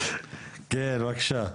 כן בבקשה.